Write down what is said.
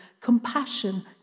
compassion